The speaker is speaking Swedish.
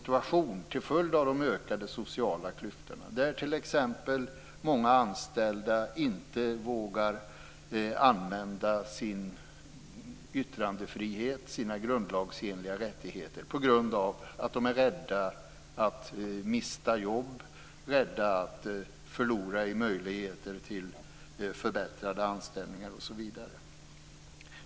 Till följd av de ökade sociala klyftorna vågar många anställda inte utnyttja sin grundlagsenliga yttrandefrihet. De är rädda att mista jobb, rädda att förlora förväntade anställningar osv.